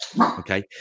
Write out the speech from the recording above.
okay